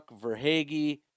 Verhage